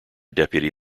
deputy